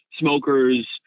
smokers